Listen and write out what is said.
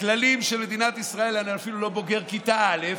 בכללים של מדינת ישראל אני אפילו לא בוגר כיתה א',